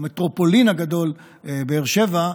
והמטרופולין הגדול באר שבע,